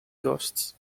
ghosts